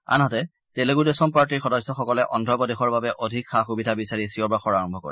আনহাতে তেলেগু দেশম পাৰ্টীৰ সদস্যসকলে অন্ধ্ৰপ্ৰদেশৰ বাবে অধিক সা সূবিধা বিচাৰি চিঞৰ বাখৰ আৰম্ভ কৰে